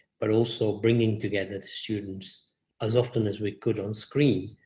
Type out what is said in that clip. but also, bringing together the students as often as we could on screen,